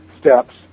steps